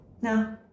No